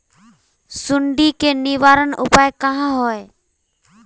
सुंडी के निवारण उपाय का होए?